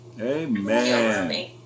Amen